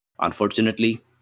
Unfortunately